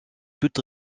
toute